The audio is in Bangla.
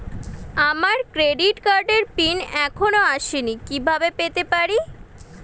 আমার ক্রেডিট কার্ডের পিন এখনো আসেনি কিভাবে পেতে পারি?